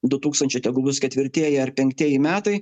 du tūkstančiai tegul bus ketvirtieji ar penktieji metai